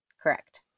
Correct